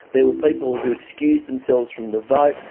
there were people who excused themselves from the vote,